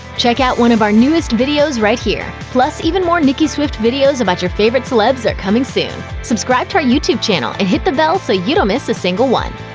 check out one of our newest videos right here! plus, even more nicki swift videos about your favorite celebs are coming soon. subscribe to our youtube channel and hit the bell so you don't miss a single one.